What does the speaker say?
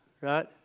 right